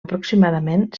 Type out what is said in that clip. aproximadament